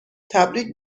تبریک